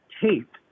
tape